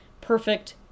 perfect